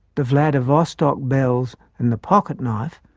the vladivostok belles and the pocket-knife,